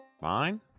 fine